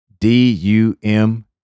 D-U-M